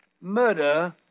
murder